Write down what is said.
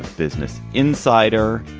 business insider.